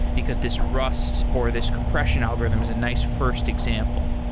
because this rust or this compression algorithm is a nice first example.